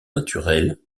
naturelle